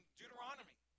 Deuteronomy